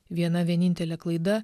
viena vienintelė klaida